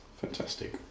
Fantastic